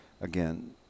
again